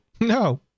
No